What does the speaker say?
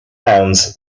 nouns